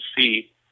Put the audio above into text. see